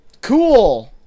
cool